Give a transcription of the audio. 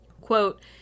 Quote